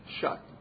shut